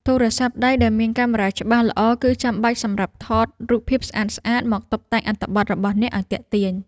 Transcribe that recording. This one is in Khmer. ទូរស័ព្ទដៃដែលមានកាមេរ៉ាច្បាស់ល្អ គឺចាំបាច់សម្រាប់ថតរូបភាពស្អាតៗមកតុបតែងអត្ថបទរបស់អ្នកឱ្យទាក់ទាញ។